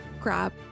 grab